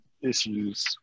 issues